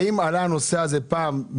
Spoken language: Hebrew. האם עלה הנושא הזה פעם,